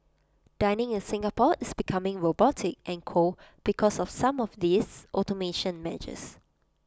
dining in Singapore is becoming robotic and cold because of some of these automation measures